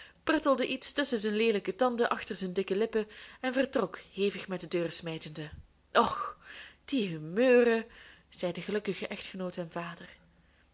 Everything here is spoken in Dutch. pruttelde iets tusschen zijn leelijke tanden achter zijn dikke lippen en vertrok hevig met de deur smijtende och die humeuren zei de gelukkige echtgenoot en vader